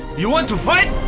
you want to fight?